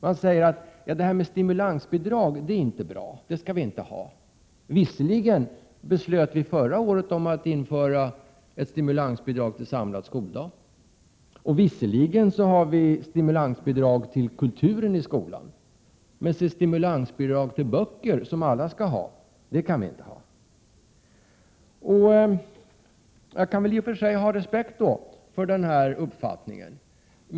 Man säger: Stimulansbidrag är inte bra, det skall vi inte ha. Visserligen fattade vi förra året beslut om att införa ett stimulansbidrag till samlad skoldag, och visserligen har vi stimulansbidrag till kulturen i skolan, men stimulansbidrag till böcker som alla skall ha, det kan vi inte ha. Jag kan i och för sig ha respekt för denna uppfattning.